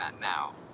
now